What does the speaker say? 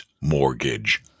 mortgage